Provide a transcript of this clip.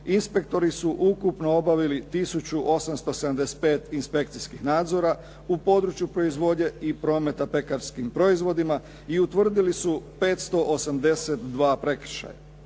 inspektori su ukupno obavili tisuću 875 inspekcijskih nadzora u području proizvodnje i prometa pekarskim proizvodima. I utvrdili su 582 prekršaja,